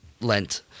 lent